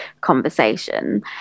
conversation